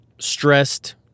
stressed